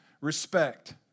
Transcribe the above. respect